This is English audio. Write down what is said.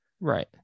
Right